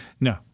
No